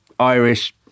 Irish